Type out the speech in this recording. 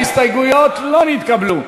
ההסתייגויות לא נתקבלו.